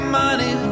money